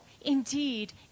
indeed